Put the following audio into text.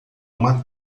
uma